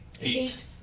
Eight